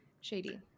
Shady